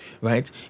right